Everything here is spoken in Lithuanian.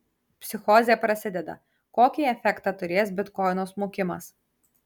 psichozė prasideda kokį efektą turės bitkoino smukimas